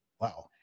Wow